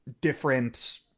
different